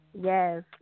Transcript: yes